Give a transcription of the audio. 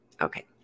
Okay